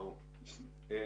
ח"כ